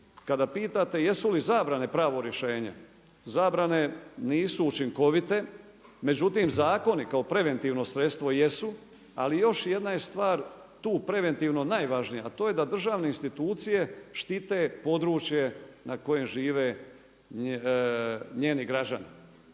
kada pitate jesu li zabrane pravo rješenje. Zabrane nisu učinkovite, međutim zakoni kao preventivno sredstvo jesu. Ali još jedna je stvar, tu preventivno najvažnija, a to je da državne institucije štite područje na kojem žive njeni građani.